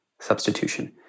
substitution